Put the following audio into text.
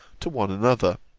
to one another